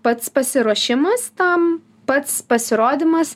pats pasiruošimas tam pats pasirodymas